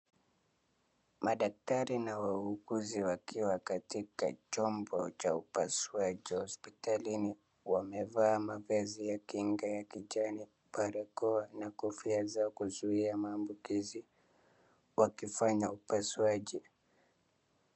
Madaktari na wauguzi wakiwa katika chumba cha upasuaji hospitalini, wamevaa mavazi ya kinga ya kijani, barakoa na kofia za kuzuia maambukizi wakifanya upasuaji.